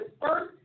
first